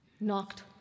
knocked